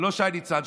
לא שי ניצן,